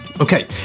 okay